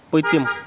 پٔتِم